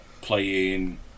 playing